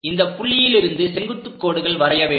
இந்த புள்ளியிலிருந்து செங்குத்துக் கோடுகள் வரைய வேண்டும்